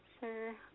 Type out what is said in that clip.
sir